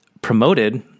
promoted